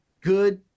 good